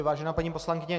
Vážená paní poslankyně.